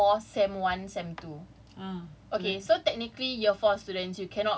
no no no no so what they are opening now is my year four sem one sem two